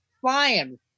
flying